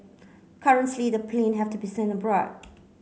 currently the plane have to be sent abroad